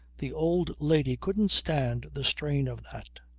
the old lady couldn't stand the strain of that.